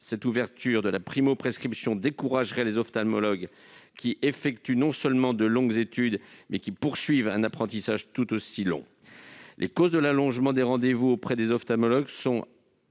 Une ouverture de la primo-prescription découragerait les ophtalmologues, qui effectuent non seulement de longues études, mais poursuivent également un apprentissage tout aussi long par la suite. Les causes de l'allongement des délais de rendez-vous auprès des ophtalmologues sont